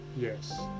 Yes